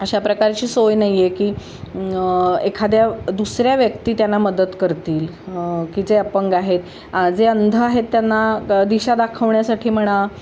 अशा प्रकारची सोय नाही आहे की एखाद्या दुसऱ्या व्यक्ती त्यांना मदत करतील की जे अपंग आहेत जे अंध आहेत त्यांना दिशा दाखवण्यासाठी म्हणा